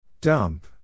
Dump